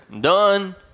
done